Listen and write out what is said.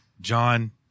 john